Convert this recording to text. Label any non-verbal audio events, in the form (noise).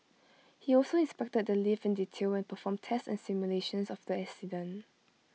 (noise) he also inspected the lift in detail and performed tests and simulations of the accident